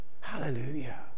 Hallelujah